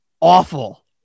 awful